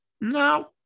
No